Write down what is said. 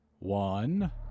One